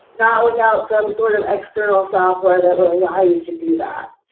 not without some sort of external software that will allow you to do that.